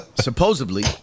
Supposedly